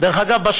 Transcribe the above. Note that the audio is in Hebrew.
דרך אגב,